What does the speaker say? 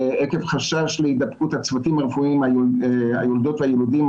עקב חשש להידבקות הצוותים הרפואיים היולדות והילודים,